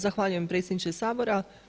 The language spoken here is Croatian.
Zahvaljujem predsjedniče Sabora.